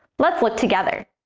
let's look together.